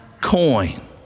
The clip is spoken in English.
coin